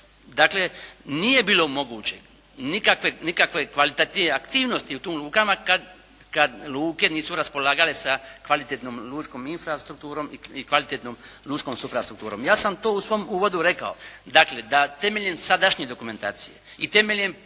Dakle, nije bilo moguće nikakve kvalitativne aktivnosti u tim lukama kad luke nisu raspolagale sa kvalitetnom lučkom infrastrukturom i kvalitetnom suprastrukturom. Ja sam to u svom uvodu rekao, dakle da temeljem sadašnje dokumentacije i temeljem